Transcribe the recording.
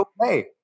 okay